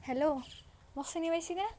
hello মোক চিনি পাইছেনে